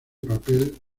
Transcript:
papel